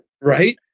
Right